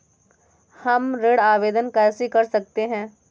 हम ऋण आवेदन कैसे कर सकते हैं?